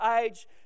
age